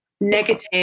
negative